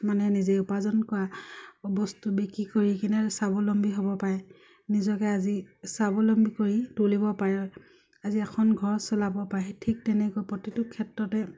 মানে নিজে উপাৰ্জন কৰা বস্তু বিক্ৰী কৰি কিনে স্বাৱলম্বী হ'ব পাৰে নিজকে আজি স্বাৱলম্বী কৰি তুলিব পাৰে আজি এখন ঘৰ চলাব পাৰে ঠিক তেনেকৈ প্ৰতিটো ক্ষেত্ৰতে